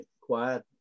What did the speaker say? quiet